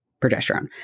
progesterone